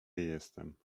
jestem